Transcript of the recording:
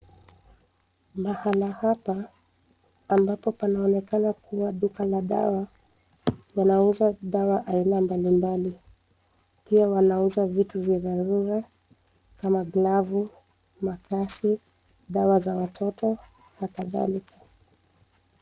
Mahala hapa ambapo panaonekana kuwa duka la dawa panauzwa dawa aina mbalimbali. Pia wanauza vitu vya dharura kama glavu, makasi, dawa za watoto, na kadhalika.